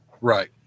Right